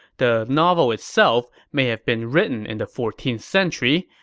the novel itself may have been written in the fourteenth century,